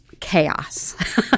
chaos